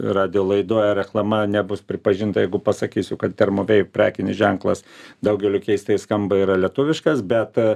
radijo laidoj ar reklama nebus pripažinta jeigu pasakysiu kad termobei prekinis ženklas daugeliui keistai skamba yra lietuviškas bet